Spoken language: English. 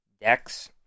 decks